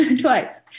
twice